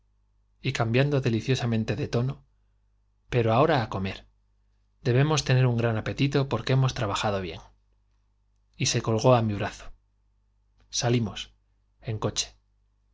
verdad y cambiando deliciosamente de tono pero ahora á comer debemos tener un gran apetito porque hemos trabajado bien y se colgó á mi brazo salimos en coche